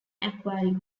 acquiring